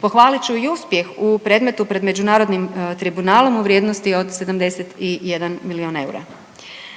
Pohvalit ću i uspjeh u predmetu pred Međunarodnim tribunalom u vrijednosti od 71 milijun eura.